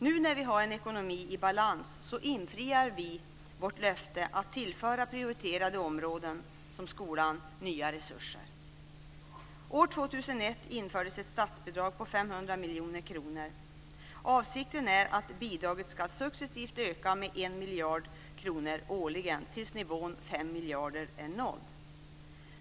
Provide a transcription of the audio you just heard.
Nu när vi har en ekonomi i balans infriar vi vårt löfte att tillföra prioriterade områden som skolan nya resurser. År 2001 infördes ett statsbidrag om 500 miljoner kronor. Avsikten är att bidraget successivt ska öka med 1 miljard kronor årligen tills nivån 5 miljarder är nådd.